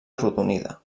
arrodonida